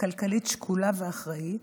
כלכלית שקולה ואחראית,